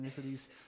ethnicities